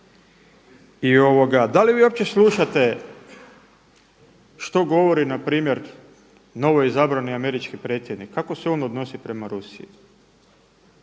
da li vi uopće slušate što govori npr. novoizabrani američki predsjednik? Kako se on odnosi prema Rusiji?